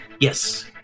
Yes